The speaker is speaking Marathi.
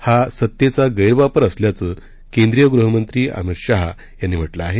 हा सत्तेचा गैरवापर असल्याचं केंद्रीय गृहमंत्री अमित शहा यांनी म्हटलं आहे